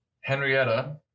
Henrietta